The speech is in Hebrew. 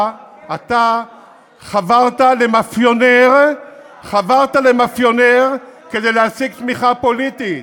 אתה חברת למאפיונר כדי להשיג תמיכה פוליטית.